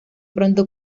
pronto